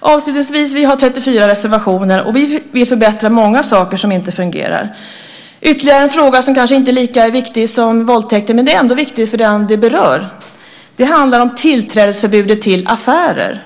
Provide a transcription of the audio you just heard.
Avslutningsvis: Vi har 34 reservationer, och vi vill förbättra många saker som inte fungerar. Ytterligare en fråga, som kanske inte är lika viktig som det här med våldtäkten men som ändå är viktig för den det berör, handlar om tillträdesförbudet till affärer.